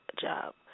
job